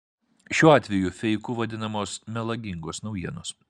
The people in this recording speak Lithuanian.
šiuo atveju feiku vadinamos melagingos naujienos